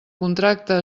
contracte